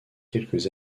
quelques